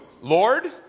Lord